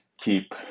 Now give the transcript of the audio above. keep